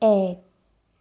এক